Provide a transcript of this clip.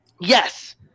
yes